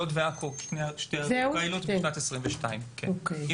לוד ועכו הם שני ערי הפיילוט בשנת 2022. אם